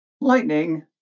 Lightning